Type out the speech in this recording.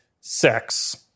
sex